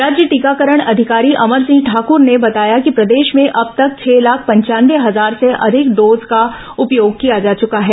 राज्य टीकाकरण अधिकारी अमर सिंह ठाकर ने बताया कि प्रदेश में अब तक छह लाख पंचानवे हजार से अधिक डोज का उपयोग किया जा चुका है